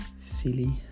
silly